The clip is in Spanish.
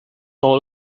todos